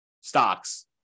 stocks